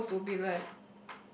the most would be like